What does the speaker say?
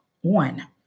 one